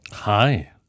Hi